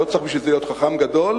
לא צריך בשביל זה להיות חכם גדול,